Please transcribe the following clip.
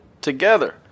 together